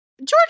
George